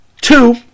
Two